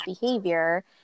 behavior